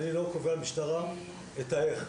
אני לא קובע למשטרה את האיך.